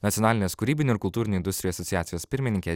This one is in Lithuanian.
nacionalinės kūrybinių ir kultūrinių industrijų asociacijos pirmininkė